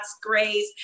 grace